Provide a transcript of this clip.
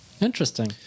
interesting